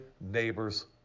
neighbor's